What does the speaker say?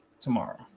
tomorrow